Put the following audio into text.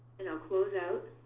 and i'll close out.